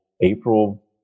April